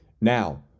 Now